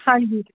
ਹਾਂਜੀ